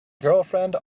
girlfriend